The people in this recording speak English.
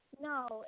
No